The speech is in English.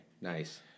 Nice